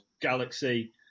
galaxy